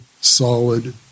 solid